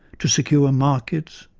to secure markets,